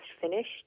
finished